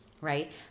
right